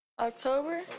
October